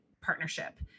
partnership